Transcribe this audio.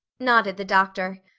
nodded the doctor.